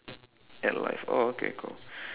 at life oh okay cool